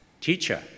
Teacher